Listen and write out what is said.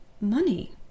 money